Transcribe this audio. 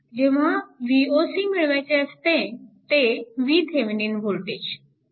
जेव्हा Voc मिळवायचे असते ते VThevenin वोल्टेज